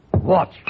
Watch